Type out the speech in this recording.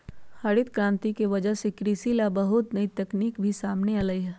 हरित करांति के वजह से कृषि ला बहुत नई तकनीक भी सामने अईलय है